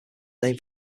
named